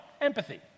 Empathy